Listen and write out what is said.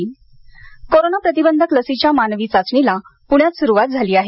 corona लस Sassoon corona प्रतिबंधक लसीच्या मानवी चाचणीला पुण्यात सुरवात झाली आहे